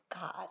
God